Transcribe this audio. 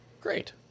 Great